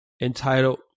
entitled